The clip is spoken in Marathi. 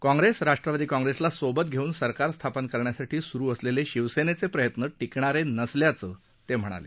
काँग्रेस राष्ट्रवादी काँग्रेसला सोबत घेऊन सरकार स्थापन करण्यासाठी सुरू असलेले शिवसेनेचे प्रयत्न टिकणारे नसल्याचं ते म्हणाले